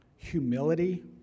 Humility